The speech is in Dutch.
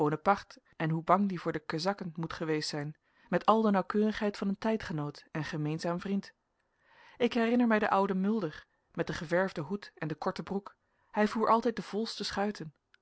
en hoe bang die voor de kezakken moet geweest zijn met al de nauwkeurigheid van een tijdgenoot en gemeenzaam vriend ik herinner mij den ouden mulder met den geverfden hoed en de korte broek hij voer altijd de volste schuiten